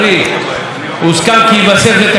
הוסכם כי ייווסף לתקציב השנתי של הקולנוע